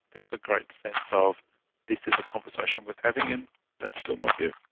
there was a great sense of this is a conversation worth having, and that's still my view.